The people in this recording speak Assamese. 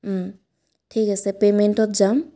ঠিক আছে পে'মেণ্টত যাম